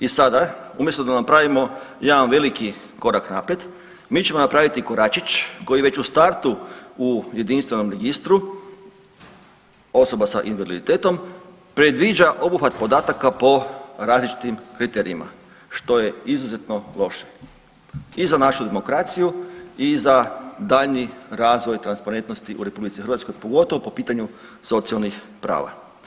I sada umjesto da napravimo jedan veliki korak naprijed mi ćemo napraviti koračić koji već u startu u jedinstvenom registru osoba sa invaliditetom predviđa obuhvat podataka po različitim kriterijima što je izuzetno loše i za našu demokraciju i za daljnji razvoj transparentnosti u Republici Hrvatskoj pogotovo po pitanju socijalnih prava.